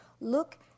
Look